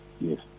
Yes